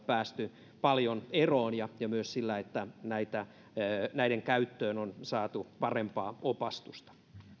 päästy paljon eroon hyvällä laadunvalvonnalla ja myös sillä että näiden käyttöön on saatu parempaa opastusta